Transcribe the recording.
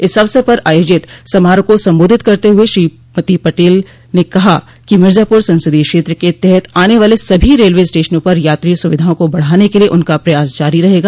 इस अवसर पर आयोजित समारोह को संबोधित करते हुए श्रीमती पटेल ने कहा कि मिर्जापुर संसदीय क्षेत्र के तहत आने वाले सभी रेलवे स्टेशनों पर यात्री सुविधाओं को बढ़ाने के लिए उनका प्रयास जारी रहेगा